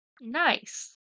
Nice